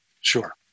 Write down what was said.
Sure